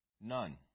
None